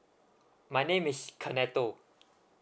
my name is koneto